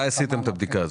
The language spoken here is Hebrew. מתי עשיתם את הבדיקה הזאת?